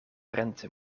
rente